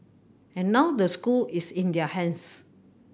and now the school is in their hands